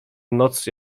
noc